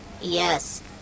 Yes